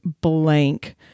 blank